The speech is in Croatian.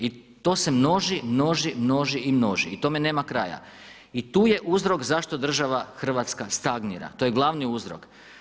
I to množi, množi, množi i množi i tome nema kraja i tu je uzrok država Hrvatska stagnira, to je glavni uzrok.